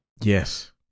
Yes